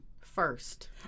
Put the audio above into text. First